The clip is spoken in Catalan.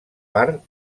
part